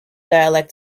dialect